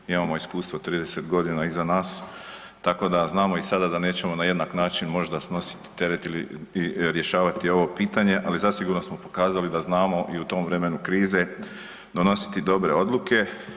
Mi imamo iskustvo 30 godina iza nas, tako da znamo i sada da nećemo na jednak način možda snositi teret i rješavati ovo pitanje, ali zasigurno smo pokazali da znamo i u tom vremenu krize donositi dobre odluke.